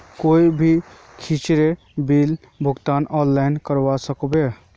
कोई भी चीजेर बिल भुगतान ऑनलाइन करवा सकोहो ही?